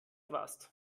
warst